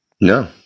No